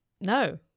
No